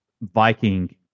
Viking